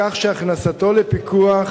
כך שהכנסתו לפיקוח